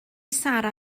sarra